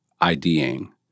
IDing